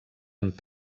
amb